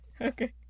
Okay